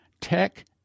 Tech